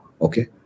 Okay